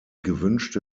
gewünschte